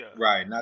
Right